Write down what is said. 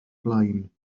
blaen